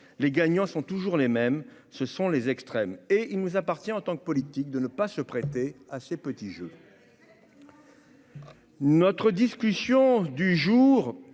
les gagnants sont toujours les mêmes, ce sont les extrêmes et il nous appartient en tant que politique, de ne pas se prêter à ces petits jeux. Notre discussion du jour